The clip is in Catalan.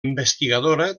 investigadora